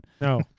No